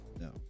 No